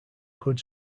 good